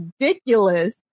ridiculous